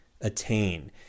attain